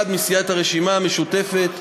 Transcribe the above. כפי